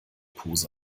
pose